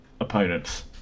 opponents